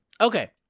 Okay